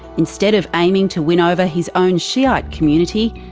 instead of aiming to win over his own shiite community,